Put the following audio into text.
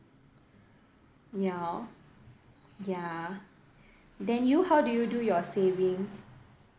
ya ya then you how do you do your savings